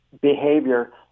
behavior